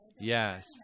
yes